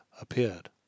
appeared